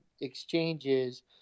exchanges